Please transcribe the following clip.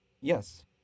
Yes